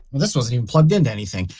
this wasn't plugged into anything.